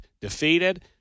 defeated